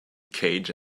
cage